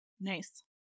Nice